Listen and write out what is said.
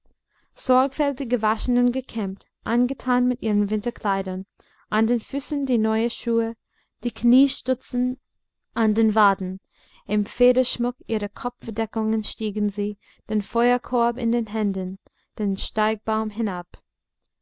sorgfältig gewaschen und gekämmt angetan mit ihren winterkleidern an den füßen die neuen schuhe die kniestutzen an den waden im federschmuck ihrer kopfbedeckungen stiegen sie den feuerkorb in den händen den steigbaum hinab